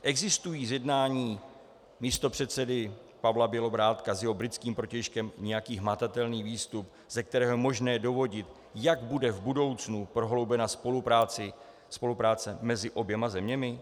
Existuje z jednání místopředsedy Pavla Bělobrádka s jeho britským protějškem nějaký hmatatelný výstup, ze kterého je možné dovodit, jak bude v budoucnu prohloubena spolupráce mezi oběma zeměmi?